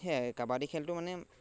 সেয়াই কাবাডী খেলটো মানে